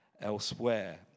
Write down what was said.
elsewhere